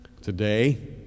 today